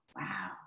wow